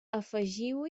afegiu